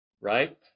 right